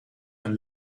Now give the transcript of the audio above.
een